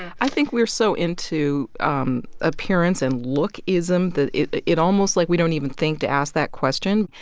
i think we're so into um appearance and lookism that it it almost like, we don't even think to ask that question.